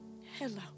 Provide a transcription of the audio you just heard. hello